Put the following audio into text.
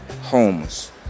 homes